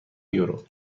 یورو